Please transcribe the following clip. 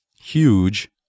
huge